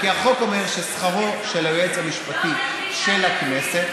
כי החוק אומר ששכרו של היועץ המשפטי של הכנסת